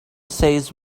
says